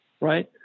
right